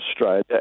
Australia